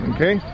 Okay